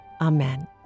Amen